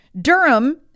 Durham